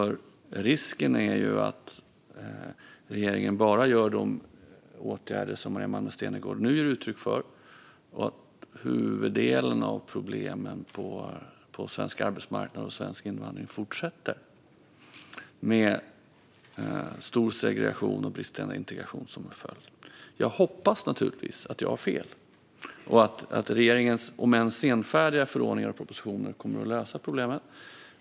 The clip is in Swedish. Risken är att regeringen bara vidtar de åtgärder som Maria Malmer Stenergard nu ger uttryck för och att huvuddelen av problemen på svensk arbetsmarknad och med svensk invandring fortsätter med stor segregation och bristande integration som följd. Jag hoppas naturligtvis att jag har fel och att regeringens om än senfärdiga förordningar och propositioner kommer att lösa problemet.